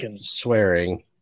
swearing